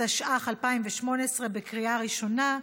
התשע"ח 2018, בקריאה ראשונה.